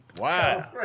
wow